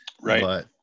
Right